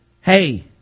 hey